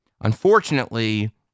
Unfortunately